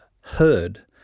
heard